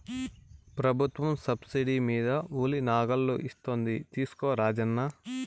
ప్రభుత్వం సబ్సిడీ మీద ఉలి నాగళ్ళు ఇస్తోంది తీసుకో రాజన్న